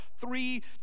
three